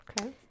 Okay